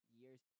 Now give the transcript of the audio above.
years